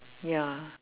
ya